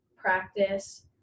practice